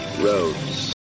roads